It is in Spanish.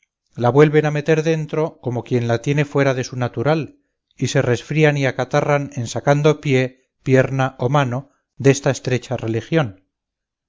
la vuelven a meter luego como quien la tiene fuera de su natural y se resfrían y acatarran en sacando pie pierna o mano desta estrecha religión